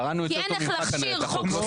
קראנו יותר טוב ממך כנראה את החוק.